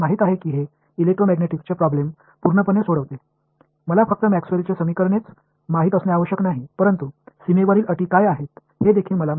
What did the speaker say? எனவேஎலெக்ட்ரோமேக்னெட்டிக்ஸ் சிக்கலில் அதை முழுமையாக தீர்க்க நீங்கள் அனைவரும் அறிவீர்கள் மேக்ஸ்வெல்லின் Maxwell's சமன்பாடுகளை நான் தெரிந்து கொள்வது மட்டுமல்லாமல் பௌண்டரி கண்டிஷன்ஸ் என்ன என்பதையும் தெரிந்து கொள்வோம்